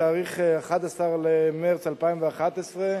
בתאריך 11 במרס 2012,